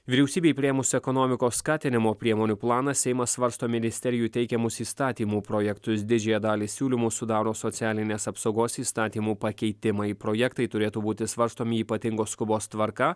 vyriausybei priėmus ekonomikos skatinimo priemonių planą seimas svarsto ministerijų teikiamus įstatymų projektus didžiąją dalį siūlymų sudaro socialinės apsaugos įstatymų pakeitimai projektai turėtų būti svarstomi ypatingos skubos tvarka